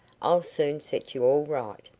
i'll soon set you all right.